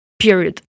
Period